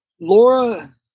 Laura